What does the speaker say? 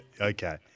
okay